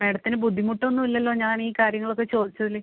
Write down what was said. മേഡത്തിന് ബുദ്ധിമുട്ടൊന്നും ഇല്ലല്ലോ ഞാൻ ഈ കാര്യങ്ങളൊക്കെ ചോദിച്ചതില്